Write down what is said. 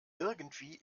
irgendwie